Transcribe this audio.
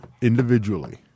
individually